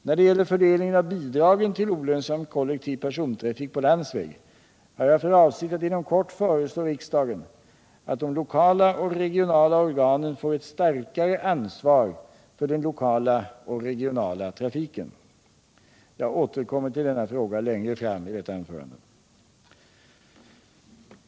När det gäller fördelningen av bidragen till olönsam kollektiv persontrafik på landsväg har jag för avsikt att inom kort föreslå riksdagen att de lokala och regionala organen får ett starkare ansvar för den lokala och regionala trafiken. Jag återkommer till denna fråga längre fram i detta anförande.